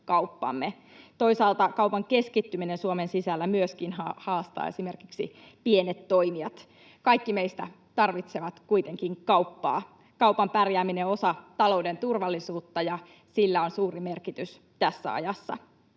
Toisaalta myöskin kaupan keskittyminen Suomen sisällä haastaa esimerkiksi pienet toimijat. Kaikki meistä tarvitsevat kuitenkin kauppaa. Kaupan pärjääminen on osa talouden turvallisuutta, ja sillä on suuri merkitys tässä ajassa.